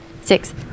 six